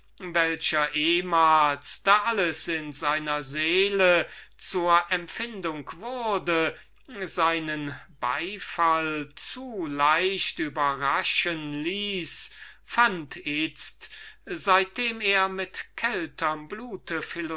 welcher ehmals da alles in seiner seele zur empfindung wurde seinen beifall zu leicht überraschen ließ fand itzt seitdem er mit kälterm blute